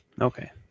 Okay